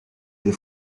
deux